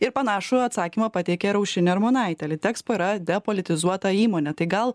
ir panašų atsakymą pateikė ir aušrinė armonaitė litekspo yra depolitizuota įmonė tai gal